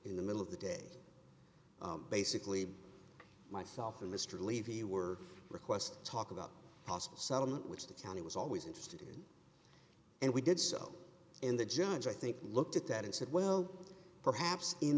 in the middle of the day basically myself and mr levy were request talk about possible settlement which the county was always interested in and we did so in the judge i think looked at that and said well perhaps in